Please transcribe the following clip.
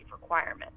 requirement